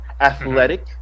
athletic